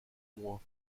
mois